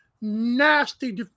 nasty